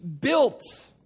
built